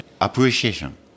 Appreciation